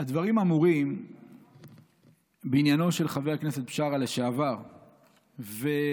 הדברים אמורים בעניינו של חבר הכנסת לשעבר בשארה,